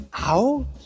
Out